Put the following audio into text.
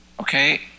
okay